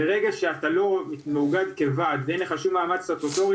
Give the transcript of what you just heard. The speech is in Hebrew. ברגע שאתה לא מאוגד כוועד ואין לך שום מעמד סטטוטורי,